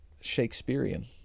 shakespearean